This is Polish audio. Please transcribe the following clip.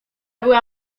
była